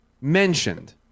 mentioned